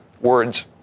words